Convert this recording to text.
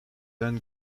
then